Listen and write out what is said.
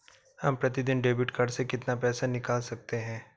हम प्रतिदिन debit card से कितना पैसा निकाल सकते हैं?